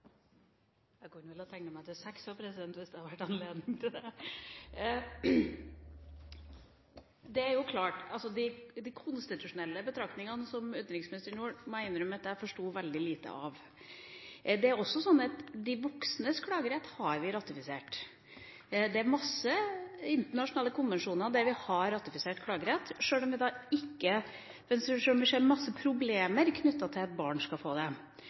Jeg kunne vel ha tegnet meg til seks replikker også, hvis det hadde vært anledning til det. De konstitusjonelle betraktningene som utenriksministeren gjorde, må jeg innrømme at jeg forstår veldig lite av. De voksnes klagerett har vi ratifisert. Vi har ratifisert klagerett for mange internasjonale konvensjoner, sjøl om vi ser masse problemer knyttet til at barn skal få det.